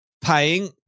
paying